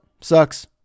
sucks